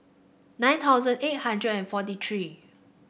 nine thousand eight hundred and forty three